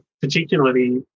particularly